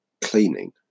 cleaning